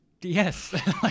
yes